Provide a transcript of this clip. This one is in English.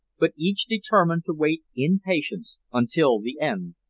but each determined to wait in patience until the end.